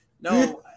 No